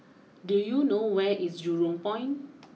do you know where is Jurong Point